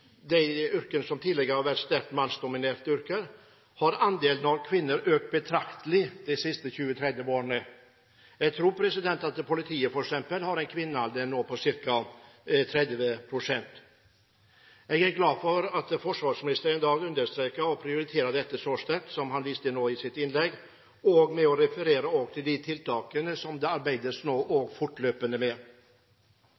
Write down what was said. sterkt mannsdominert, har andelen kvinner økt betraktelig de siste 20–30 årene. Jeg tror f.eks. politiet har en kvinneandel nå på ca. 30 pst. Jeg er glad for at forsvarsministeren i dag understreker og prioriterer dette så sterkt som han viste nå i sitt innlegg, og også refererer til de tiltakene som det nå arbeides fortløpende med. Pliktig sesjon for kvinner ble innført i 2010, som tidligere nevnt i debatten, og